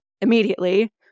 immediately